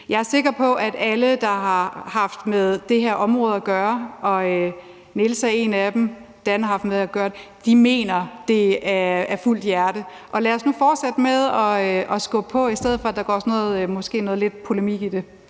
Jeg er sikker på, at alle, der har haft med det her område at gøre – Niels Fuglsang er en af dem, og Dan Jørgensen har også haft med det at gøre – mener det, de siger, helhjertet. Lad os nu fortsætte med at skubbe på, i stedet for at der måske går sådan lidt polemik i det.